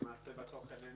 בתוכן,